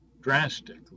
drastically